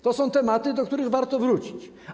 To są tematy, do których warto wrócić.